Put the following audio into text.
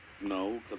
No